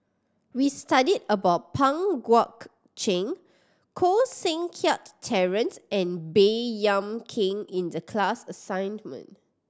we studied about Pang Guek Cheng Koh Seng Kiat Terence and Baey Yam Keng in the class assignment